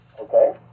Okay